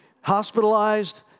hospitalized